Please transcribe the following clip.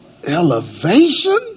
elevation